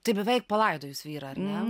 tai beveik palaidojus vyrąar ne